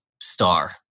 star